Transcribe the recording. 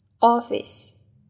Office